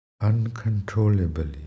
uncontrollably